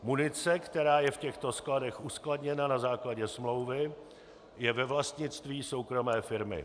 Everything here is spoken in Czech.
Munice, která je v těchto skladech uskladněna na základě smlouvy, je ve vlastnictví soukromé firmy.